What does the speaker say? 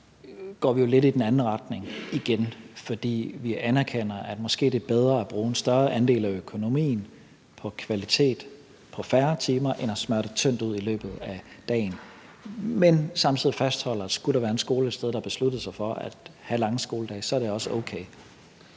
Nu går vi jo lidt i den anden retning igen, fordi vi anerkender, at det måske er bedre at bruge en større del af økonomien på kvalitet i færre timer end at smøre det tyndt ud i løbet af dagen, men samtidig fastholde, at skulle der være en skole et sted, der besluttede sig for at have lange skoledage, så er det også okay.